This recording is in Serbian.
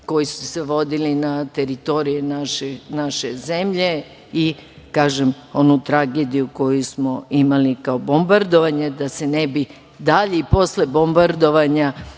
koji su se vodili na teritoriji naše zemlje, i kažem onu tragediju koju smo imali kao bombardovanje, da se ne bi dalje i posle bombardovanja